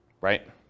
right